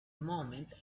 moment